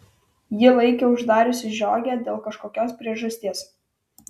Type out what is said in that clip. ji laikė uždariusi žiogę dėl kažkokios priežasties